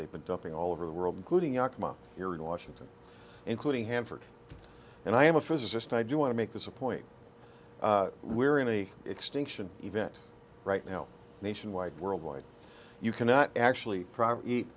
they've been dumping all over the world including acma here in washington including hanford and i am a physicist i do want to make this a point we're in a extinction event right now nationwide worldwide you cannot actually